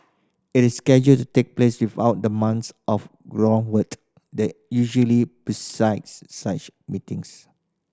it is scheduled to take place without the months of groundwork that usually precedes such meetings